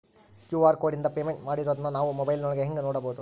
QR ಕೋಡಿಂದ payment ಮಾಡಿರೋದನ್ನ ನಾವು ಮೊಬೈಲಿನೊಳಗ ಹೆಂಗ ನೋಡಬಹುದು?